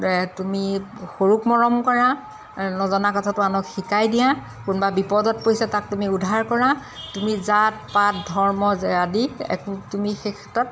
তুমি সৰুক মৰম কৰা নজনা কথাটো আনক শিকাই দিয়া কোনোবা বিপদত পৰিছে তাক তুমি উদ্ধাৰ কৰা তুমি জাত পাত ধৰ্ম যে আদি একো তুমি সেই ক্ষেত্ৰত